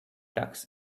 tux